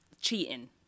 cheating